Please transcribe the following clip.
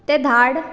तें धाड